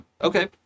Okay